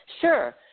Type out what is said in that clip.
Sure